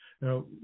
Now